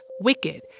wicked